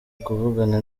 kuvugana